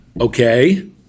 Okay